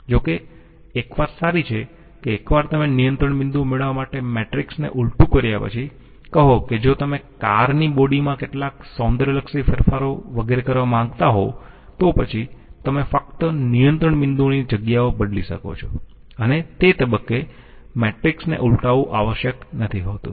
જો કે એક વાત સારી છે કે એકવાર તમે નિયંત્રણ બિંદુઓ મેળવવા માટે મેટ્રિક્સને ઉલટું કર્યા પછી કહો કે જો તમે કારની બોડીમાં કેટલાક સૌંદર્યલક્ષી ફેરફારો વગેરે કરવા માંગતા હોવ તો પછી તમે ફક્ત નિયંત્રણ બિંદુઓની જગ્યાઓ બદલી શકો છો અને તે તબક્કે મેટ્રિક્સને ઉલટાવવું આવશ્યક નથી હોતું